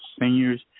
seniors